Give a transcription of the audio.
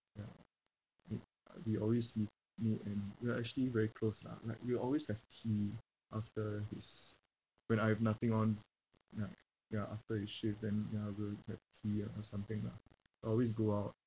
ya he uh we always meet me and we are actually very close lah like we will always have tea after his when I have nothing on ya ya after his shift then ya we'll have tea ah or something lah always go out